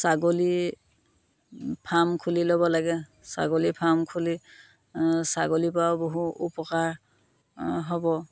ছাগলী ফাৰ্ম খুলি ল'ব লাগে ছাগলী ফাৰ্ম খুলি ছাগলীৰ পৰাও বহু উপকাৰ হ'ব